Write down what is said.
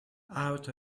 out